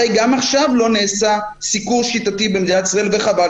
הרי גם עכשיו לא נעשה סיקור שיטתי במדינת ישראל וחבל